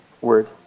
word